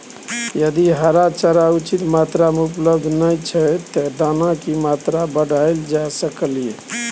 यदि हरा चारा उचित मात्रा में उपलब्ध नय छै ते दाना की मात्रा बढायल जा सकलिए?